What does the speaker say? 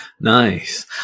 Nice